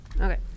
Okay